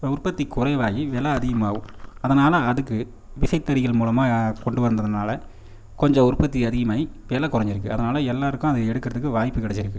உற்பத்தி குறைவாகி விலை அதிகமாகும் அதனால் அதுக்கு விசைத்தறிகள் மூலமாக கொண்டு வந்ததுனால் கொஞ்சம் உற்பத்தி அதிகமாகி விலை கொறஞ்சிருக்கு அதனால் எல்லாருக்கும் அதை எடுக்கிறதுக்கு வாய்ப்பு கிடைச்சிருக்கு